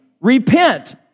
repent